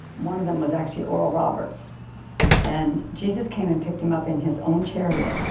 one of them was actually oral roberts and jesus came and picked him up in his own chariot.